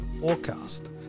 Forecast